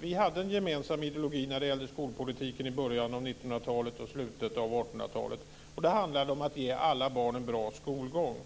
Vi hade en gemensam ideologi när det gällde skolpolitiken i början av 1900-talet och i slutet av 1800-talet. Det handlade om att ge alla barn en bra skolgång.